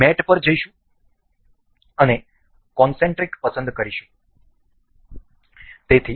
તેથી આપણે મેટ પર જઈશું અને કોનસેન્ટ્રિક રીતે પસંદ કરીશું